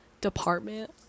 department